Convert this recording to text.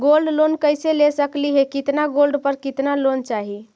Gold loan कैसे ले सकली हे, कितना गोल्ड पर कितना लोन चाही?